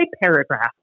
paragraph